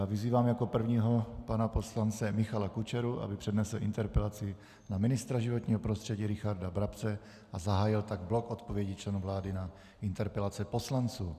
vyzývám jako prvního pana poslance Michala Kučeru, aby přednesl interpelaci na ministra životního prostředí Richarda Brabce a zahájil tak blok odpovědí členů vlády na interpelace poslanců.